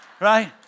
right